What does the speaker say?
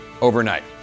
overnight